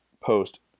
post